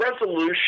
resolution